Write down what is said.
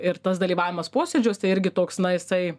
ir tas dalyvavimas posėdžiuose irgi toks na jisai